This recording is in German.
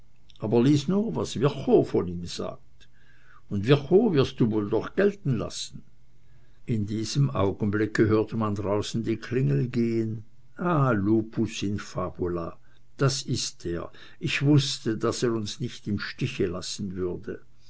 aber lies nur was virchow von ihm sagt und virchow wirst du doch gelten lassen in diesem augenblicke hörte man draußen die klingel gehen ah lupus in fabula das ist er ich wußte daß er uns nicht im stiche lassen würde